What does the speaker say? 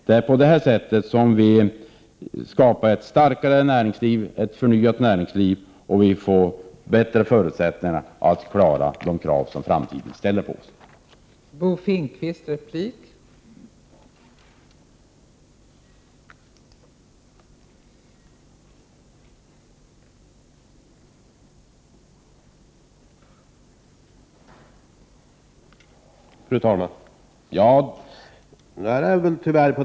Det är på detta sätt vi skapar ett starkare näringsliv, ett förnyat näringsliv och bättre förutsättningar, så att de krav som kommer att ställas i framtiden klaras.